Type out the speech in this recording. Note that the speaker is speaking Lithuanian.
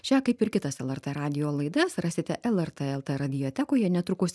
šią kaip ir kitas lrt radijo laidas rasite lrt lt radiotekoje netrukus